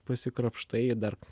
pasikrapštai dar